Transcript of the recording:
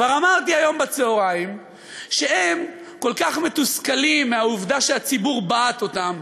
כבר אמרתי היום בצהריים שהם כל כך מתוסכלים מהעובדה שהציבור בעט אותם,